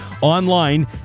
online